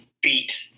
beat